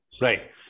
right